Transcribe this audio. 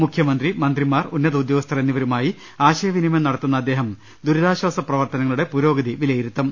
മുഖ്യമന്ത്രി മന്ത്രിമാർ ഉന്നത ഉദ്യോ ഗസ്ഥർ എന്നിവരുമായി ആശയവിനിമയം നടത്തുന്ന അദ്ദേഹം ദുരിതാശ്വാസ പ്രവർത്തനങ്ങളുടെ പുരോഗതി വിലയിരുത്തും